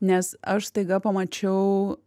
nes aš staiga pamačiau